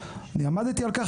אני עמדתי על כך,